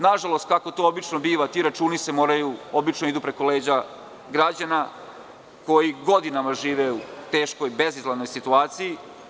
Nažalost, kako to obično biva ti računi obično idu preko leđa građana koji godinama žive u teškoj bezizlaznoj situaciji.